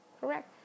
correct